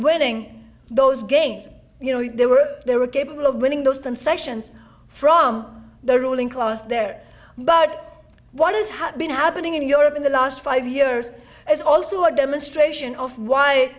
winning those gains you know they were they were capable of winning those concessions from the ruling class there but what is have been happening in europe in the last five years is also a demonstration of why